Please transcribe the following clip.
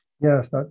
Yes